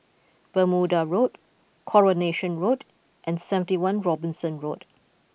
Bermuda Road Coronation Road and seventy one Robinson Road